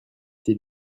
tes